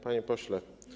Panie Pośle!